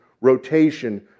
rotation